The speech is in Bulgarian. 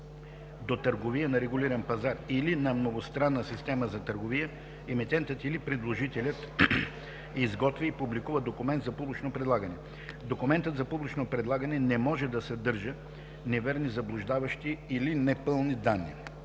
до търговия на регулиран пазар или на многостранна система за търговия, емитентът или предложителят изготвя и публикува документ за публично предлагане. Документът за публично предлагане не може да съдържа неверни, заблуждаващи или непълни данни.